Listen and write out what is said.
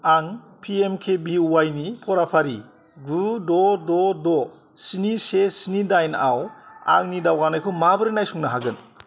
आं P M K B Y नि फराफारि गु द' द' द' स्नि से स्नि दाइनआव आंनि दावगानायखौ माबोरै नायसननो हागोन